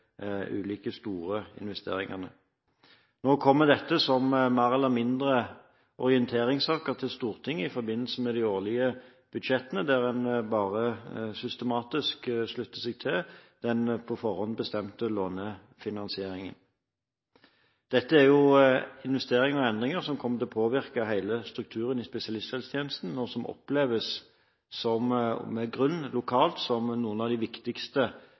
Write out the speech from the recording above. ulike store investeringene. Nå kommer dette – mer eller mindre – som orienteringssaker til Stortinget i forbindelse med de årlige budsjettene, der man bare systematisk slutter seg til den på forhånd bestemte lånefinansieringen. Dette er investeringer og endringer som kommer til å påvirke hele strukturen i spesialisthelsetjenesten, og som oppleves – lokalt – som noen av de viktigste